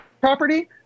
property